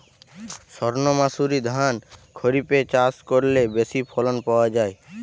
সর্ণমাসুরি ধান খরিপে চাষ করলে বেশি ফলন পাওয়া যায়?